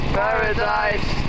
paradise